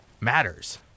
matters